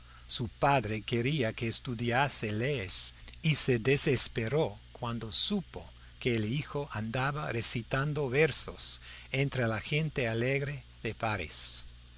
su padre quería que estudiase leyes y se desesperó cuando supo que el hijo andaba recitando versos entre la gente alegre de parís a